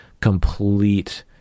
complete